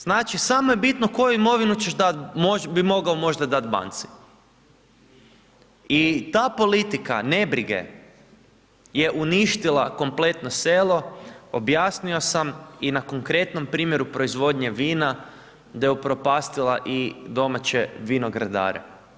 Znači, samo je bitno koju imovinu ćeš dat, bi mogao možda dat banci i ta politika nebrige je uništila kompletno selo, objasnio sam i na konkretnom primjeru proizvodnje vina da je upropastila i domaće vinogradare.